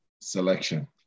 selection